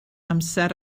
amser